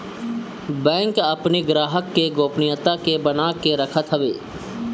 bank अपनी ग्राहक के गोपनीयता के बना के रखत हवे